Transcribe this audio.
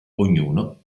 ognuno